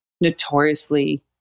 notoriously